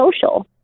social